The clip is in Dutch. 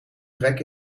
rek